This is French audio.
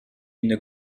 une